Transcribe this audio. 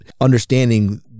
understanding